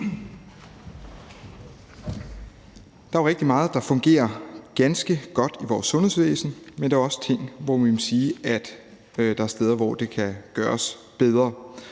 Der er rigtig meget, der fungerer ganske godt i vores sundhedsvæsen, men der er også steder, hvor man må sige det kan gøres bedre,